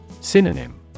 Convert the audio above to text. Synonym